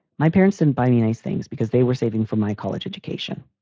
my parents and buy me nice things because they were saving for my college education.